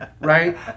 right